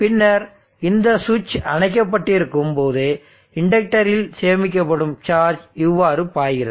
பின்னர் இந்த சுவிட்ச் அணைக்கப்பட்டிருக்கும் போது இண்டக்டரில் சேமிக்கப்படும் சார்ஜ் இவ்வாறு பாய்கிறது